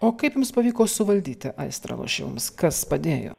o kaip jums pavyko suvaldyti aistrą lošimams kas padėjo